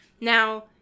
now